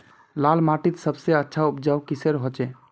लाल माटित सबसे अच्छा उपजाऊ किसेर होचए?